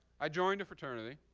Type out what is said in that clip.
i joined a fraternity.